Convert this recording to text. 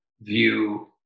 view